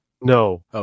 No